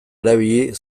erabili